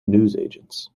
newsagents